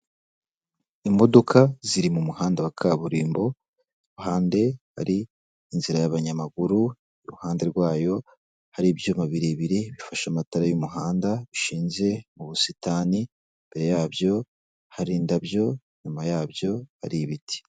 Imodoka ziri mu muhanda wa kaburimbo, iruhande hari inzira y'abanyamaguru, iruhande rwayo hari ibyuma birebire bifasha amatara y'umuhanda bishinze mu busitani, imbere yabyo hari indabyo, inyuma yabyo ari ibiti.